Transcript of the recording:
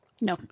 No